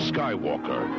Skywalker